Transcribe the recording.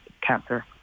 cancer